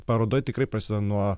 paroda tikrai prasideda nuo